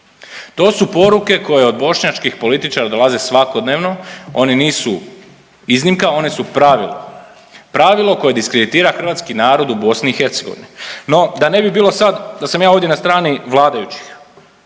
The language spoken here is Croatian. To su poruke koje od bošnjačkih političara dolaze svakodnevno. Oni nisu iznimka. One su pravilo, pravilo koje diskreditira hrvatski narod u Bosni i Hercegovini. No da ne bi bilo sada da sam ja ovdje na strani vladajućih,